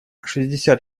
шестьдесят